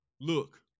look